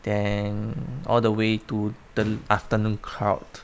then all the way to the afternoon crowd